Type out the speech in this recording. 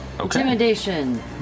Intimidation